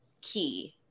key